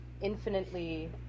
infinitely